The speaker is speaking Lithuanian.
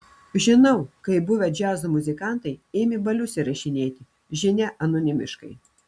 žinau kaip buvę džiazo muzikantai ėmė balius įrašinėti žinia anonimiškai